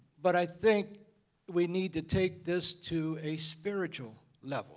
but i think we need to take this to a spiritual level